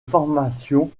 formation